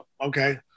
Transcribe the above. Okay